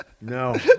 No